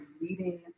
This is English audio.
leading